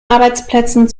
arbeitsplätzen